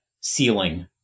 ceiling